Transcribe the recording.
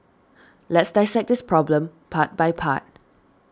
let's dissect this problem part by part